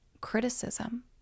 criticism